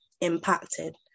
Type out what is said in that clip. impacted